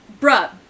bruh